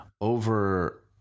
over